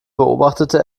beobachtete